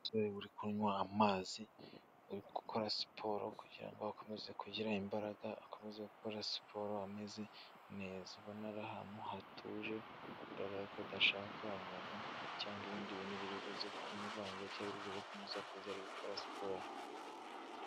Umusore uri kunywa amazi, uri gukora siporo kugira ngo akomeze kugira imbaraga, akomeze gukora siporo ameze neza, ubona ari ahantu hatuje bigaragara ko adashaka umuntu cyangwa ibindi bintu biri buze kumuvangira cyangwa biri buze kumusakuriza ari gukora siporo.